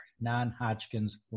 non-Hodgkin's